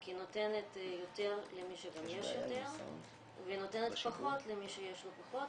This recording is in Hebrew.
כי היא נותנת יותר למי שגם יש לו יותר ונותנת פחות למי שיש לו פחות.